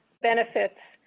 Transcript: benefits,